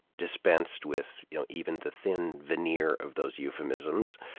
dispensed with you know even the thin veneer of those euphemisms.